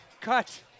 Cut